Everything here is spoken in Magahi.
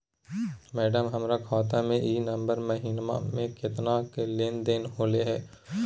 मैडम, हमर खाता में ई नवंबर महीनमा में केतना के लेन देन होले है